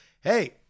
hey